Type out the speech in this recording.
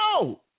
No